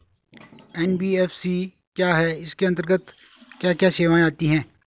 NBFC क्या है इसके अंतर्गत क्या क्या सेवाएँ आती हैं?